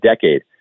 decade